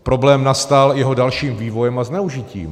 Problém nastal jeho dalším vývojem a zneužitím.